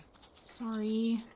Sorry